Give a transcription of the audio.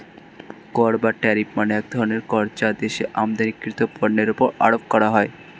কর বা ট্যারিফ মানে এক ধরনের কর যা দেশের আমদানিকৃত পণ্যের উপর আরোপ করা হয়